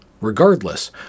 Regardless